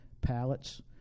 pallets